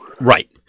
Right